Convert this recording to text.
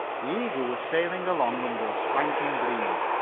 the eagle was sailing along under a spanking breeze,